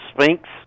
Sphinx